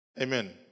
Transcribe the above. Amen